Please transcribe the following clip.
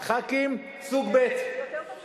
חברי כנסת סוג ב' יותר טוב שלא,